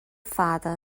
fada